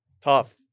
Tough